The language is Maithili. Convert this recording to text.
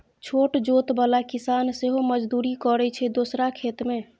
छोट जोत बला किसान सेहो मजदुरी करय छै दोसरा खेत मे